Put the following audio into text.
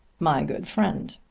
my good friend.